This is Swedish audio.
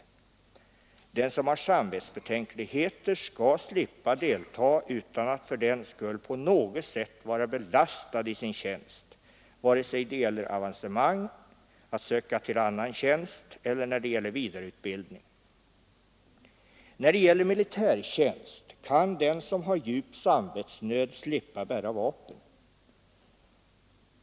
Den som har samvetsbetänkligheter skall slippa deltaga utan att fördenskull på något sätt vara belastad i sin tjänst, vare sig det gäller avancemang, sökandet av annan tjänst eller vidareutbildning. I militärtjänsten kan den som har djup samvetsnöd slippa bära vapen.